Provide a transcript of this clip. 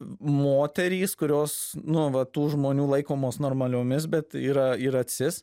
moterys kurios nu va tų žmonių laikomos normaliomis bet yra yra cis